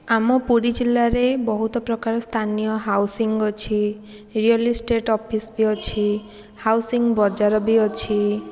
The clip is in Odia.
ଆମ ପୁରୀ ଜିଲ୍ଲାରେ ବହୁତ ପ୍ରକାର ସ୍ଥାନୀୟ ହାଉସିଙ୍ଗ ଅଛି ରିଏଲିଷ୍ଟେଟ ଅଫିସ ବି ଅଛି ହାଉସିଙ୍ଗ ବଜାର ବି ଅଛି